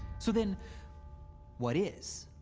so then what is?